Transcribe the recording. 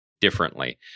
differently